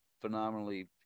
phenomenally